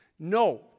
No